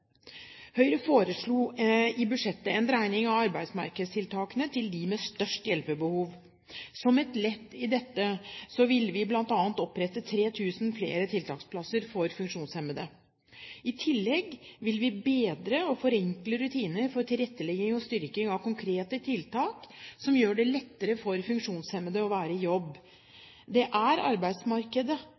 Høyre foreslo i budsjettet en dreining av arbeidsmarkedstiltakene mot dem med størst hjelpebehov. Som et ledd i dette ville vi bl.a. opprette 3 000 flere tiltaksplasser for funksjonshemmede. I tillegg vil vi bedre og forenkle rutiner for tilrettelegging og styrking av konkrete tiltak som gjør det lettere for funksjonshemmede å være i jobb. Det er arbeidsmarkedet